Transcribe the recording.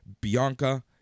Bianca